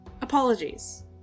Apologies